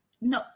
No